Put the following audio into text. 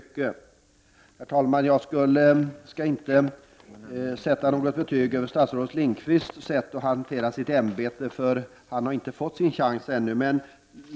Herr talman! Jag skall inte sätta något betyg över statsrådet Lindqvists sätt att hantera sitt ämbete, för han har inte fått sin chans ännu.